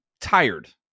tired